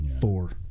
four